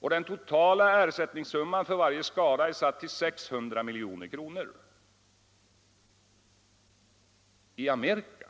Den totala ersättningssumman för varje skada är satt till 600 milj.kr. I Amerika